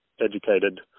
educated